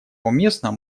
уместно